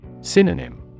Synonym